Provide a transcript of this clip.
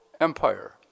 empire